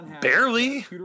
Barely